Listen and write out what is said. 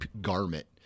garment